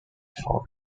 for